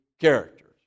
characters